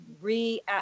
re